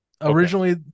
originally